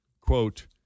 Quote